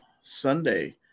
Sunday